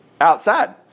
outside